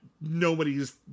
nobody's